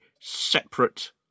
separate